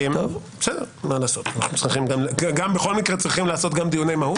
כי זה גם רלוונטי לנושא הנדון